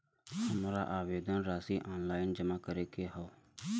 हमार आवेदन राशि ऑनलाइन जमा करे के हौ?